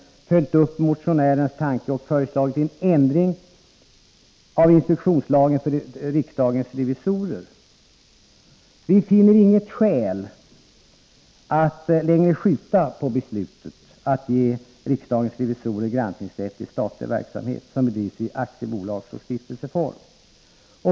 Vi har följt upp motionärernas yrkande och föreslagit ändring av instruktionen för riksdagens revisorer. Det finns inga skäl att längre skjuta på beslutet att ge riksdagens revisorer rätt att granska statlig verksamhet som bedrivs i aktiebolagsoch stiftelseform.